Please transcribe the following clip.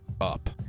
Up